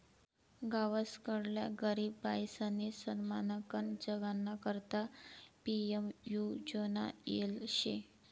गावसकडल्या गरीब बायीसनी सन्मानकन जगाना करता पी.एम.यु योजना येल शे